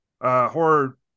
horror